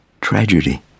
tragedy